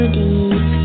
deep